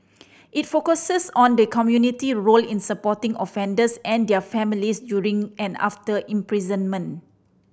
it focuses on the community role in supporting offenders and their families during and after imprisonment